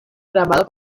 grabado